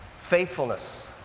Faithfulness